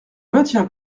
maintiens